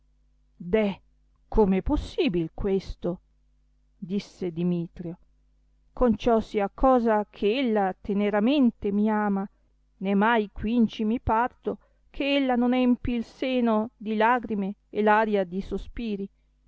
deh come è possibil questo disse dimitrio conciosia cosa che ella teneramente mi ama nò mai quinci mi parto che ella non empi il seno di lagrime e l'aria di sospiri